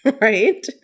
right